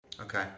Okay